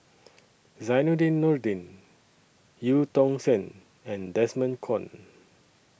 Zainudin Nordin EU Tong Sen and Desmond Kon